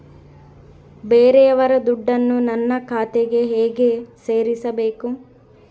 ಬೇರೆಯವರ ದುಡ್ಡನ್ನು ನನ್ನ ಖಾತೆಗೆ ಹೇಗೆ ಸೇರಿಸಬೇಕು?